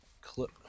Clip